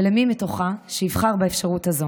ולמי מתוכה שיבחר באפשרות הזו.